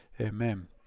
Amen